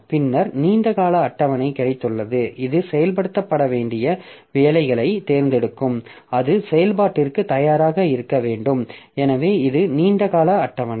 பின்னர் நீண்ட கால அட்டவணை கிடைத்துள்ளது இது செயல்படுத்தப்பட வேண்டிய வேலைகளைத் தேர்ந்தெடுக்கும் அது செயல்பாட்டிற்கு தயாராக இருக்க வேண்டும் எனவே இது நீண்ட கால அட்டவணை